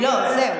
זהו, רגע.